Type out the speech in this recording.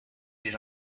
des